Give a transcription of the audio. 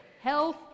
Health